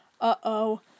Uh-oh